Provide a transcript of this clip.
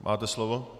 Máte slovo.